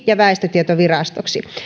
ja väestötietovirastoksi